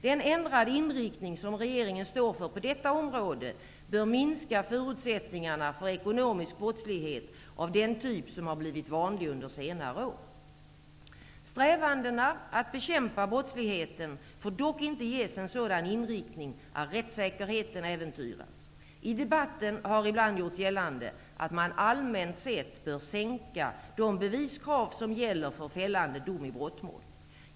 Den ändrade inriktning som regeringen står för på detta område bör minska förutsättningarna för ekonomisk brottslighet av den typ som har blivit vanlig under senare år. Strävandena att bekämpa brottsligheten får dock inte ges en sådan inriktning att rättssäkerheten äventyras. I debatten har ibland gjorts gällande att man allmänt sett bör sänka de beviskrav som gäller för fällande dom i brottmål.